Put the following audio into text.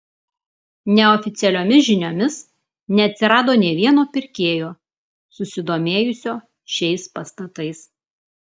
neoficialiomis žiniomis neatsirado nė vieno pirkėjo susidomėjusio šiais pastatais